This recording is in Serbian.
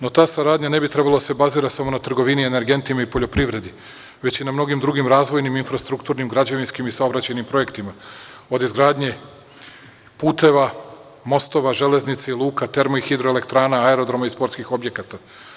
No, ta saradnja ne bi trebalo da se bazira samo na trgovini energentima i poljoprivredi, već i na mnogim drugim razvojnim infrastrukturnim građevinskim i saobraćajnim projektima, od izgradnje puteva, mostova, železnica i luka, termo i hidroelektrana, aerodroma i sportskih objekata.